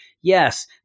yes